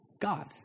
God